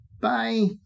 Bye